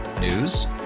News